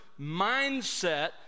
mindset